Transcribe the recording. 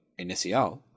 Inicial